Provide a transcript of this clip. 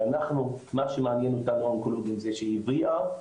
שאנחנו מה שמעניין אותנו האונקולוגים זה שהיא הבריאה,